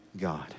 God